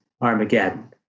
Armageddon